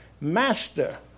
Master